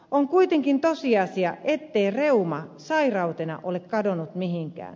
on kuitenkin tosiasia ettei reuma sairautena ole kadonnut mihinkään